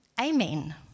Amen